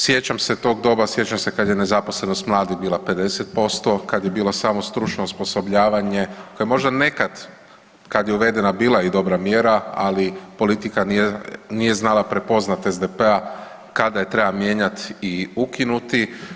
Sjećam se tog doba, sjećam se kad je nezaposlenost mladih bila 50%, kad je bilo samo stručno osposobljavanje koje je možda nekad kad je uvedena bila i dobra mjera, ali politika nije znala prepoznati SDP-a kada je treba mijenjati i ukinuti.